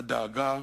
הדאגה,